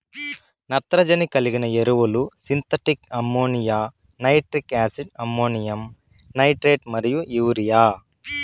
నత్రజని కలిగిన ఎరువులు synthetic ammonia, nitric acid, ammonium nitrate మరియు యూరియా